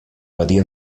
badia